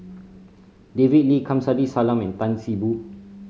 David Lee Kamsari Salam and Tan See Boo